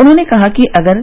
उन्होंने कहा कि अगर